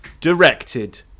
Directed